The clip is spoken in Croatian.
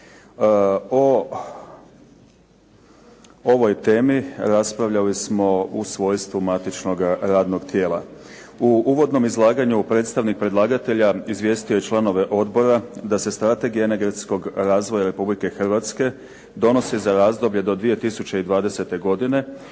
O ovoj temi raspravljali smo u svojstvu matičnoga radnog tijela. U uvodnom izlaganju predstavnik predlagatelja izvijestio je članove odbora da se strategija energetskog razvoja Republike Hrvatske donosi za razdoblje do 2020. godine